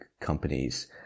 companies